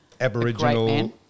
Aboriginal